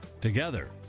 Together